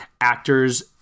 actors